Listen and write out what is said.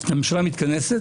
הממשלה מתכנסת